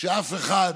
כשאף אחד